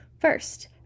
First